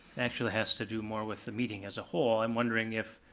actually has to do more with the meeting as a whole, i'm wondering if